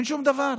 אין שום דבר.